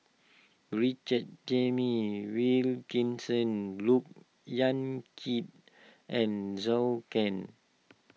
Richard James Wilkinson Look Yan Kit and Zhou Can